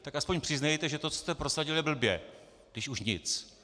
Tak aspoň přiznejte, že to, co jste prosadili, je blbě, když už nic.